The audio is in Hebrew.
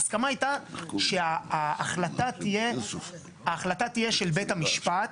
ההסכמה הייתה שההחלטה תהיה של בית המשפט,